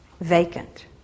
vacant